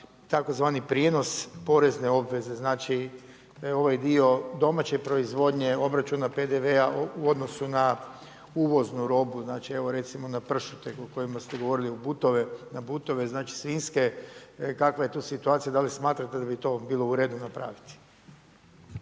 za tzv. prijenos porezne obveze. Znači ovaj dio domaće proizvodnje, obračuna PDV-a u odnosu na uvoznu robu, evo recimo na pršute, o kojima ste govorili na butove, znači svinjske, kakva je tu situacija, da li smatrate da bi to bilo u redu napraviti.